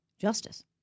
justice